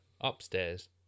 upstairs